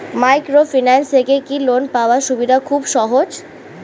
Microfinance থেকে কি loan পাওয়ার সুবিধা খুব সহজ?